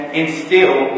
instill